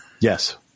Yes